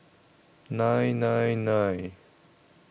nine nine nine